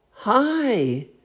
Hi